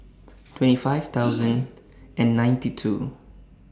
twenty five thousand and ninety two